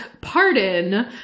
pardon